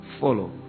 follow